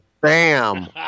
Bam